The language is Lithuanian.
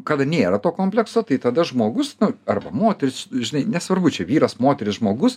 kada nėra to komplekso tai tada žmogus nu arba moteris žinai nesvarbu čia vyras moteris žmogus